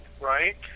right